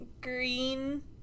green